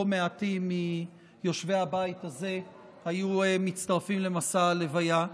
לא מעטים מיושבי הבית הזה היו מצטרפים למסע הלוויה.